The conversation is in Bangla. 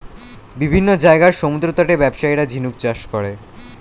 বিভিন্ন জায়গার সমুদ্রতটে ব্যবসায়ীরা ঝিনুক চাষ করে